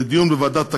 לדיון בוועדת הכנסת,